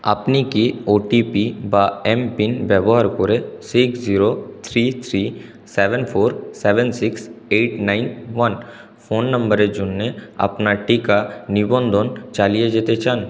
আপনি কি ওটিপি বা এমপিন ব্যবহার করে six zero three three seven four seven six eight nine one phone নম্বরের জন্য আপনার টিকা নিবন্ধন চালিয়ে যেতে চান